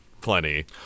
plenty